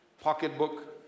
pocketbook